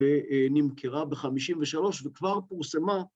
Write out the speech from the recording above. ‫ונמכרה ב-53' וכבר פורסמה.